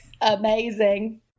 amazing